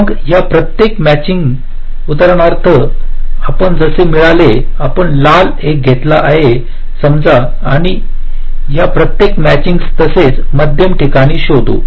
मग या प्रत्येक मॅचिंगस उदाहरणार्थ आपण जसे मिळाले आपण लाल एक घेतला आहे समजा पण या प्रत्येक मॅचिंगस तसेच मध्यम ठिकाणे शोधू